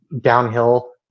downhill